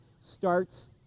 starts